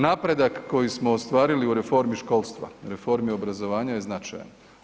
Napredak koji smo ostvarili u reformi školstva, reformi obrazovanja je značajan.